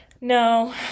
No